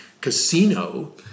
casino